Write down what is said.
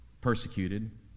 persecuted